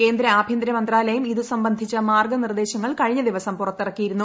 കേന്ദ്രീ ആഭ്യന്തര മന്ത്രാലയം ഇതു സംബന്ധിച്ച മാർഗ്ഗനിർദ്ദേശങ്ങൾ കഴിഞ്ഞ ദിവസം പുറത്തിറക്കിയിരുന്നു